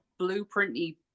blueprinty